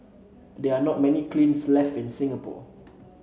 there are not many kilns left in Singapore